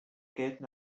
gelten